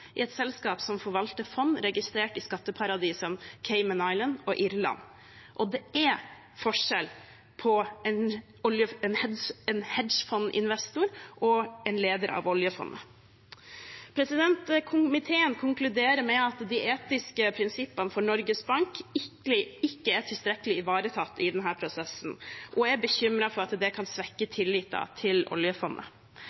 i et selskap som forvalter fond registrert i skatteparadis som Cayman Islands og Irland. Og det er forskjell på en hedgefondinvestor og en leder av oljefondet. Komiteen konkluderer med at de etiske prinsippene for Norges Bank ikke er tilstrekkelig ivaretatt i denne prosessen, og er bekymret for at det kan svekke